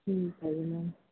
ਠੀਕ ਹੈ ਜੀ ਮੈਮ